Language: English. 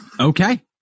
Okay